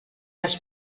els